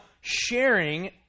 sharing